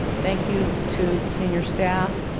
thank you to senior staff,